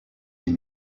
des